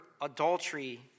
adultery